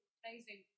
amazing